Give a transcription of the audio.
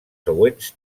següents